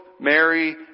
Mary